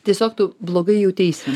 tiesiog tu blogai jauteisi